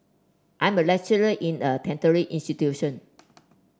I'm a lecturer in a tertiary institution